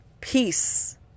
Peace